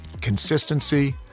Consistency